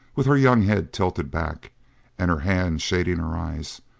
with her young head tilted back and her hand shading her eyes,